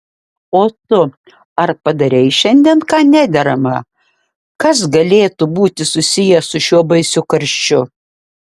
o tu ar padarei šiandien ką nederama kas galėtų būti susiję su šiuo baisiu karščiu